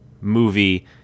movie